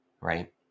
right